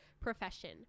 profession